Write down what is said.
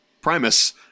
Primus